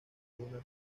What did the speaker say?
una